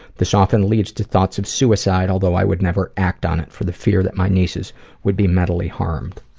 this often leads to thoughts of suicide, although i would never act on it for the fear that my nieces would be mentally harmed.